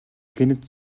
гэнэт